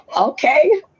Okay